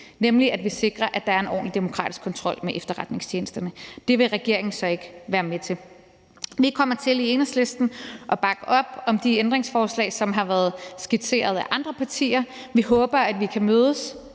nemlig at vi sikrer, at der er en ordentlig demokratisk kontrol med efterretningstjenesterne. Det vil regeringen så ikke være med til. Vi kommer i Enhedslisten til at bakke op om de ændringsforslag, som har været skitseret af andre partier. Vi håber, at vi kan mødes,